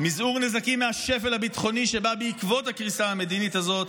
מזעור נזקים מהשפל הביטחוני שבא בעקבות הקריסה המדינית הזאת,